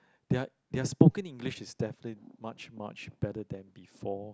their their spoken English is definitely much much better than before